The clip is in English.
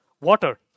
water